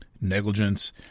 negligence